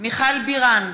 מיכל בירן,